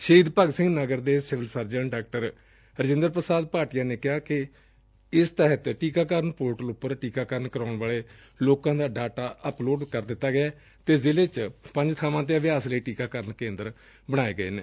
ਸ਼ਹੀਦ ਭਗਤ ਸਿੰਘ ਨਗਰ ਦੇ civil surgeon ਡਾ ਰਾਜਿੰਦਰ ਪ੍ਰਸਾਦਿ ਭਾਟੀਆ ਨੇ ਦਸਿਆ ਕਿ ਇਸ ਤਹਿਤ ਟੀਕਾਕਰਨ ਪੋਰਟਲ ਉਪਰ ਟੀਕਾਕਰਨ ਕਰਾਉਣ ਵਾਲੇ ਲੋਕਾਂ ਦਾ ਡਾਟਾ ਅਪਲੋਡ ਕਰ ਦਿੱਤਾ ਗਿਐ ਅਤੇ ਜ਼ਿਲ੍ਹੇ ਚ ਪੰਜ ਬਾਵਾਂ ਤੇ ਅਭਿਆਸ ਲਈ ਟੀਕਾਕਰਨ ਕੇਂਦਰ ਬਣਾਏ ਗਏ ਨੇ